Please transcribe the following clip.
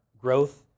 growth